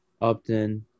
Upton